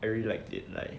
I really liked it like